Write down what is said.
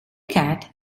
cat